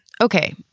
Okay